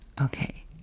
okay